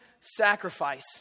sacrifice